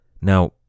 Now